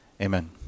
Amen